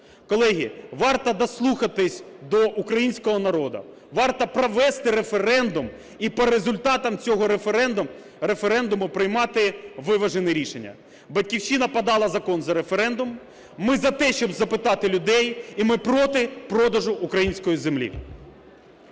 Колеги, варто дослухатись до українського народу, варто провести референдум і по результатах цього референдуму приймати виважене рішення. "Батьківщина" подала Закон за референдум. Ми за те, щоб запитати людей і проти продажу української землі.